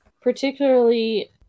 Particularly